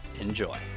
enjoy